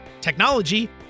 technology